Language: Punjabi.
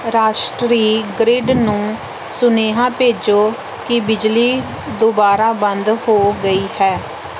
ਰਾਸ਼ਟਰੀ ਗਰਿੱਡ ਨੂੰ ਸੁਨੇਹਾ ਭੇਜੋ ਕਿ ਬਿਜਲੀ ਦੁਬਾਰਾ ਬੰਦ ਹੋ ਗਈ ਹੈ